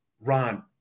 Ron